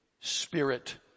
spirit